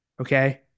Okay